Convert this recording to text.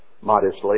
modestly